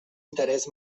interés